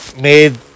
made